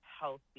healthy